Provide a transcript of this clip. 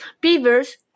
Beavers